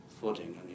footing